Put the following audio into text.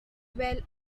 well